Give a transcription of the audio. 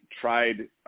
tried